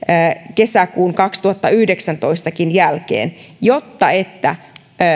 kesäkuun kaksituhattayhdeksäntoista jälkeen jotta